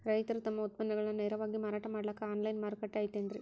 ರೈತರು ತಮ್ಮ ಉತ್ಪನ್ನಗಳನ್ನ ನೇರವಾಗಿ ಮಾರಾಟ ಮಾಡಾಕ ಆನ್ಲೈನ್ ಮಾರುಕಟ್ಟೆ ಐತೇನ್ರಿ?